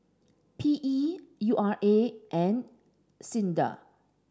P E U R A and SINDA